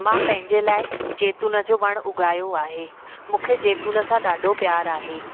मां पंहिंजे लाइ जैतुन जो वणु उगायो आहे मूंखे जैतुन सां ॾाढो प्यारु आहे